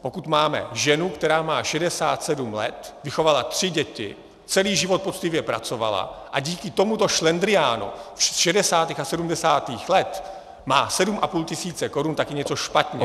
Pokud máme ženu, která má 67 let, vychovala tři děti, celý život poctivě pracovala a díky tomuto šlendriánu 60. a 70. let má 7 500 korun, tak je něco špatně!